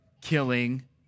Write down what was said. killing